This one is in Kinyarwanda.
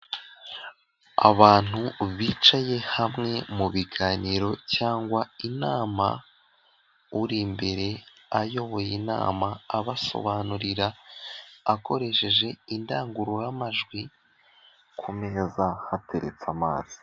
Abantu bicaye hamwe mu biganiro cyangwa inama uri imbere ayoboye inama abasobanurira akoresheje indangururamajwi ku meza hateretse amazi.